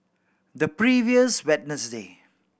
the previous Wednesday